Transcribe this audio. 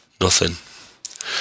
Nothing